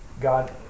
God